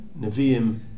Nevi'im